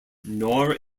nor